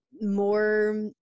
more